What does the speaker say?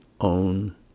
own